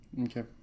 Okay